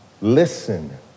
Listen